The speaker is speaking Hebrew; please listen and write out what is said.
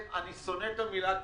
אני שונא את המילה "קואליציוני"